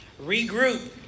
regroup